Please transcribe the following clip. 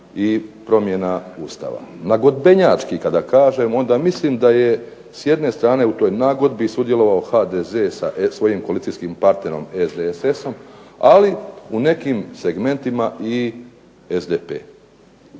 i promjena Ustava. Nagodbenjački kada kažem onda mislim da je s jedne strane u toj nagodbi sudjelovao HDZ sa svojim koalicijskim partnerom SDSS-om, ali u nekim segmentima i SDP.